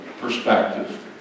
perspective